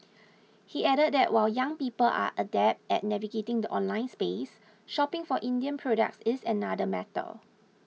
he added that while young people are adept at navigating the online space shopping for Indian products is another matter